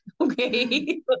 Okay